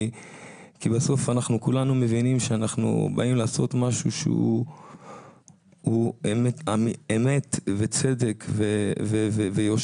כי בסוף כולנו מבינים שאנחנו באים לעשות משהו שהוא אמת וצדק ויושרה